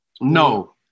No